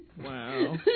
Wow